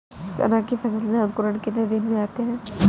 चना की फसल में अंकुरण कितने दिन में आते हैं?